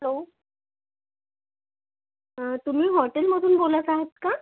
hello तुम्ही हॉटेलमधून बोलत आहात का